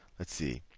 let's see.